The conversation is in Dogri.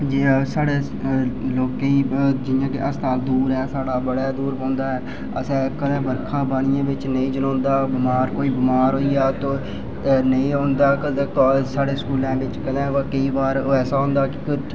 जि'यां कि असपताल दूर ऐ बड़ा दूर पौंदा कदें बर्खा आवा दी नेईं जनोंदा कोई बिमार होईआ साढ़े स्कूलें च कदें कईं बार ऐसा औंदा कि